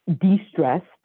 de-stressed